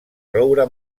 roure